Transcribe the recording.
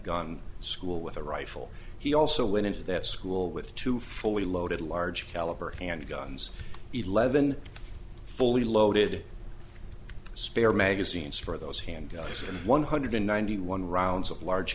gun school with a rifle he also went into that school with two fully loaded large caliber handguns eleven fully loaded spare magazines for those handguns and one hundred ninety one rounds of large